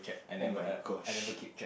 oh-my-gosh